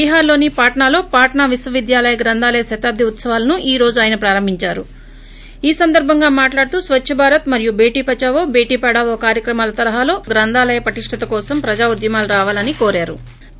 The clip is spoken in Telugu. బీహార్లోని పాట్సాలో పాట్స్ట్ విశ్వవిద్యాలయ గ్రంథాలయ శతాబ్ది ఉత్సవాలను ఈ రోజు ఆయన ప్రారంభించారు ఈ సందర్బంగా మాట్లాడుతూ స్వచ్ఛ భారత్ మరియు బేటి బచావో బేటి పడావో కార్యక్రమాల తరహాలో గ్రంధాలయాల పటిష్షత కోసం ప్రజా ఉద్యమాలు రావాలని కోరారు